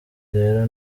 rero